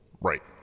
Right